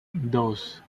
dos